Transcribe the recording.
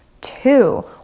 two